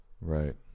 Right